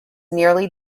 nearly